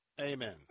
Amen